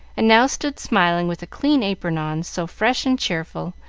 and now stood smiling with a clean apron on, so fresh and cheerful,